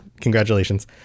congratulations